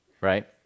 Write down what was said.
right